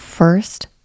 First